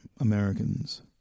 Americans